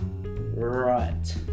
Right